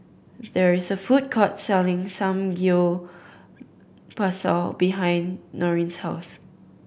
there is a food court selling Samgeyopsal behind Noreen's house